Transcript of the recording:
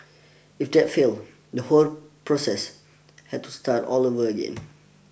if that failed the whole process had to start all over again